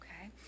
okay